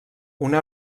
una